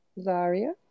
Zaria